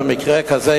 במקרה כזה,